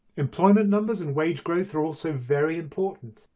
employment numbers and wage growth also very important.